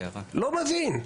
לא מבין.